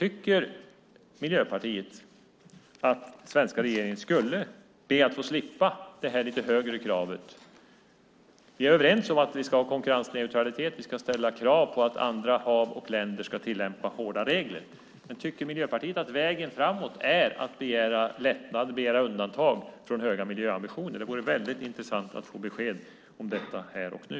Tycker Miljöpartiet att den svenska regeringen skulle be att få slippa detta lite högre krav? Vi är överens om att vi ska ha konkurrensneutralitet och att vi ska ställa krav på att andra hav och länder ska tillämpa hårda regler. Men tycker Miljöpartiet att vägen framåt är att begära lättnader och undantag från höga miljöambitioner? Det vore väldigt intressant att få besked om detta här och nu.